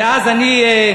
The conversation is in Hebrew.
ואז אני,